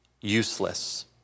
useless